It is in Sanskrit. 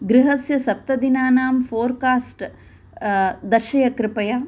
गृहस्य सप्तदिनानां फ़ोर्कास्ट् दर्शय कृपया